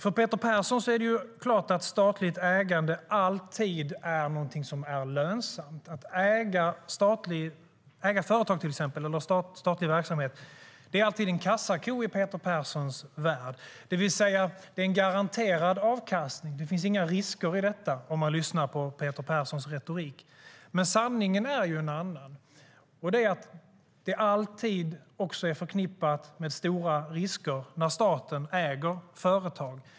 För Peter Persson är statligt ägande alltid någonting lönsamt. Att till exempel äga företag, eller annan statlig verksamhet, är alltid en kassako i Peter Perssons värld, det vill säga ger en garanterad avkastning. Det finns inga risker i det enligt Peter Perssons retorik. Sanningen är dock en annan. Det är alltid förknippat med stora risker när staten äger företag.